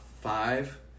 five